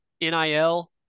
NIL